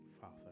Father